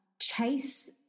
chase